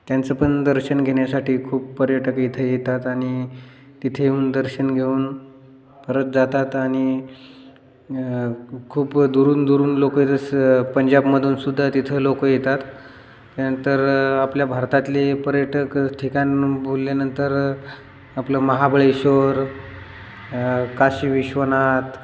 त्यांचं पण दर्शन घेण्यासाठी खूप पर्यटक इथे येतात आणि तिथे येऊन दर्शन घेऊन परत जातात आणि खूप दुरून दुरून लोकं जसं पंजाबमधून सुद्धा तिथे लोकं येतात त्यानंतर आपल्या भारतातले पर्यटक ठिकाण बोलल्यानंतर आपलं महाबळेश्वर काशी विश्वनाथ